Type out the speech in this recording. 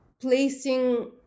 placing